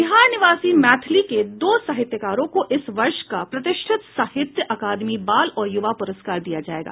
बिहार निवासी मैथिली के दो साहित्यकारों को इस वर्ष का प्रतिष्ठित साहित्य अकादमी बाल और युवा पुरस्कार दिया जाएगा